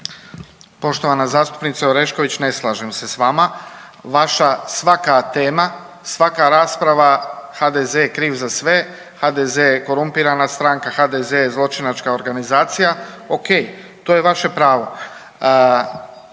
Poštovana zastupnice Orešković, ne slažem se s vama. Vaša svaka tema i svaka rasprava HDZ je kriv za sve, HDZ je korumpirana stranka, HDZ je zločinačka organizacija. Okej, to je vaše pravo.